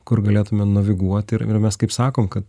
kur galėtume naviguot ir ir mes kaip sakom kad